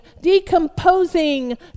decomposing